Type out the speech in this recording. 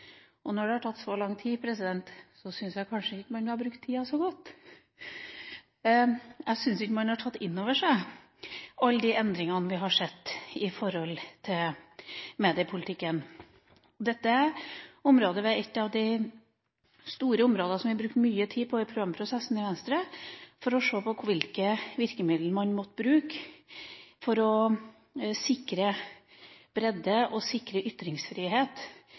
tid. Når det har tatt så lang tid, syns jeg man kanskje ikke har brukt tida så godt. Jeg syns ikke man har tatt inn over seg alle de endringene vi har sett i mediepolitikken. Dette området er et av de store områdene vi har brukt mye tid på i programprosessen i Venstre. Vi har sett på hvilke virkemidler man må bruke for å sikre bredde og ytringsfrihet